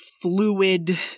fluid